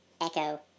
Echo